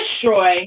destroy